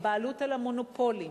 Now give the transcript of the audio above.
הבעלות על המונופולים,